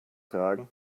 tragen